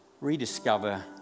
rediscover